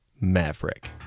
Maverick